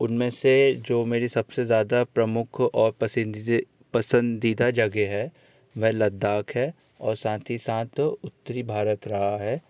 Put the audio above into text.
उनमें से जो मेरी सबसे ज़्यादा प्रमुख और पसंदीदा जगह है वह लद्दाख है और साथ ही साथ उतरी भारत रहा है